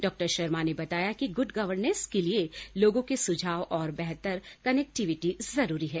डा शर्मा ने बताया कि गुड गवर्नेस के लिए लोगों के सुझाव और बेहतर कनेक्टिविटी जरूरी है